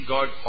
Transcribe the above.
God